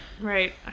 Right